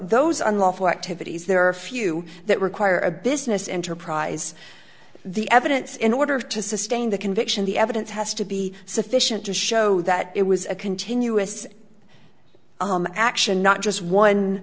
those unlawful activities there are a few that require a business enterprise the evidence in order to sustain the conviction the evidence has to be sufficient to show that it was a continuous action not just one